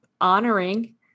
honoring